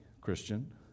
Christian